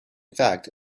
fact